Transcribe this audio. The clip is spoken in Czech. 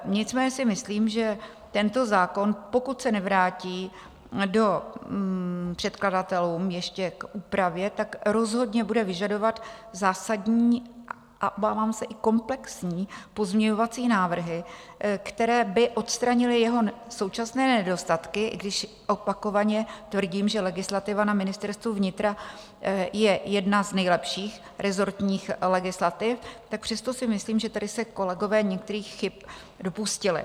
Nicméně si myslím, že tento zákon, pokud se nevrátí předkladatelům ještě k úpravě, rozhodně bude vyžadovat zásadní a obávám se i komplexní pozměňovací návrhy, které by odstranily jeho současné nedostatky, i když opakovaně tvrdím, že legislativa na Ministerstvu vnitra je jedna z nejlepších rezortních legislativ, přesto si myslím, že tady se kolegové některých chyb dopustili.